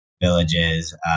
villages